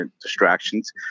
distractions